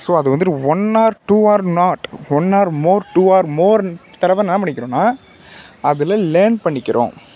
so அது வந்துட்டு one or two or not one or more two or more தடவை என்ன பண்ணிக்கிறோன்னால் அதில் லேர்ன் பண்ணிக்கிறோம்